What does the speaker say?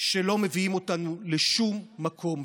שלא מביאים אותנו לשום מקום.